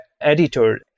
editor